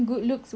ya